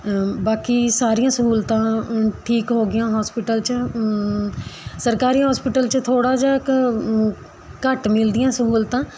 ਬਾਕੀ ਸਾਰੀਆਂ ਸਹੂਲਤਾਂ ਠੀਕ ਹੋਗੀਆਂ ਹੋਸਪਿਟਲ 'ਚ ਸਰਕਾਰੀ ਹੋਸਪਿਟਲ 'ਚ ਥੋੜ੍ਹਾ ਜਿਹਾ ਇੱਕ ਘੱਟ ਮਿਲਦੀਆਂ ਸਹੂਲਤਾਂ